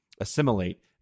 Assimilate